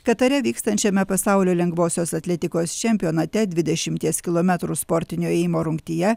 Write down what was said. katare vykstančiame pasaulio lengvosios atletikos čempionate dvidešimties kilometrų sportinio ėjimo rungtyje